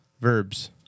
Verbs